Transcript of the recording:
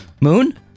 Moon